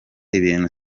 ibintu